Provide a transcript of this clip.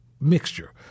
mixture